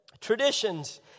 traditions